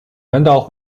难道